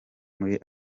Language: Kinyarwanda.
muri